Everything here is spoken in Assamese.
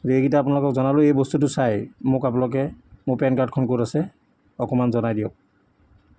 এইকেইটা আপোনালোকক জনালোঁ এই বস্তুটো চাই মোক আপোনালোকে মোৰ পেন কাৰ্ডখন ক'ত আছে অকণমান জনাই দিয়ক